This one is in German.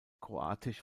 kroatisch